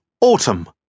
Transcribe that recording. Autumn